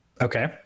Okay